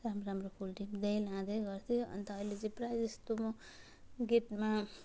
राम्रो राम्रो फुल टिप्दै लाँदै गर्थ्यो अन्त अहिले चाहिँ प्रायःजस्तो म गेटमा